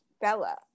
Bella